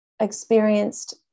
experienced